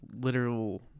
literal